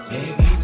Baby